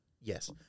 Yes